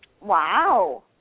Wow